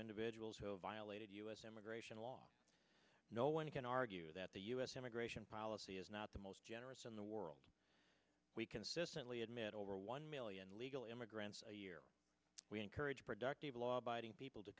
individuals who have violated u s immigration law no one can argue that the u s immigration policy is not the most generous in the world we consistently admit over one million illegal immigrants a year we encourage productive law abiding people to